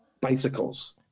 bicycles